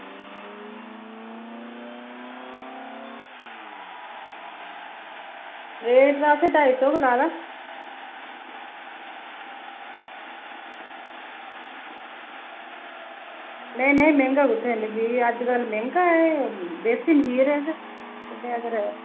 rate असें ढाई सौ गै लाये दा नेईं नेईं मैंह्गा कुत्थै एह् अजकल मैंह्गा ऐ कोई देसी मखीर ऐ एह्